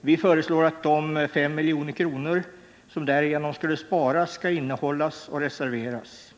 Vi föreslår att de 5 milj.kr. som därigenom skulle sparas skall innehållas och reserveras.